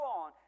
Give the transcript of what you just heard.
on